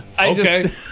Okay